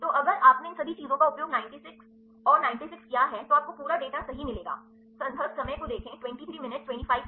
तो अगर आपने इन सभी चीजों का उपयोग 96 और 96 किया है और आपको पूरा डेटा सही मिलेगा